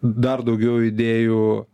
dar daugiau idėjų